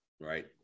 right